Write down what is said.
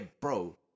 bro